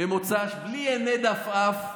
בלי הנד עפעף.